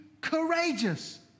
courageous